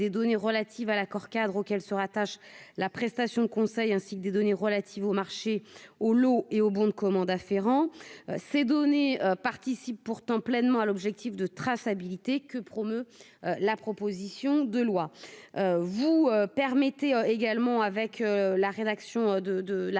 données relatives à l'accord-cadre, auxquelles se rattachent la prestation de conseil ainsi que des données relatives au marché où l'eau et au bon de commande. Ferrand ces données participe pourtant pleinement à l'objectif de traçabilité que promeut la proposition de loi vous permettez également avec la rédaction de de